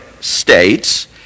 states